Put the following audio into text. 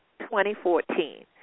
2014